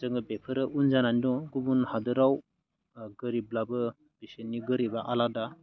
जोङो बेफोरो उन जानानै दं गुबुन हादोराव ओ गोरिबब्लाबो बिसोरनि गोरिबा आलादा